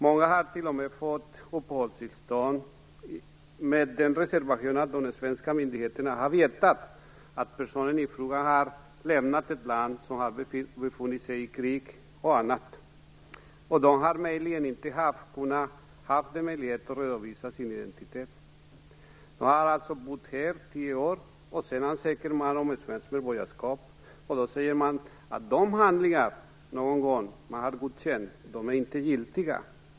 Många har t.o.m. fått uppehållstillstånd med den reservationen att svenska myndigheter har vetat att personen i fråga lämnat ett land som befunnit sig i krig osv. Rimligen har de här människorna inte haft möjlighet att redovisa sin identitet. De har alltså bott här i kanske tio år. När de sedan ansöker om svenskt medborgarskap säger man att de handlingar som en gång godkänts inte är giltiga.